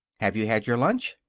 have you had your lunch?